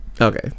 Okay